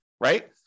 right